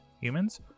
humans